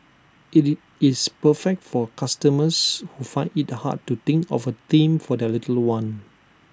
IT is it's perfect for customers who find IT hard to think of A theme for their little one